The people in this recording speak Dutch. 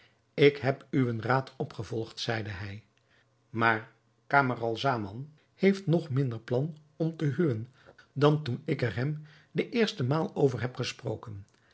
ik heb uwen raad opgevolgd zeide hij maar camaralzaman heeft nog minder plan om te huwen dan toen ik er hem de eerste maal over heb gesproken